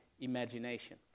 imagination